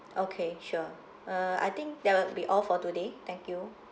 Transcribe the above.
okay sure uh I think that will be all for today thank you